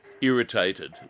irritated